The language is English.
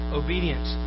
obedience